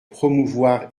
promouvoir